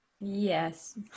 Yes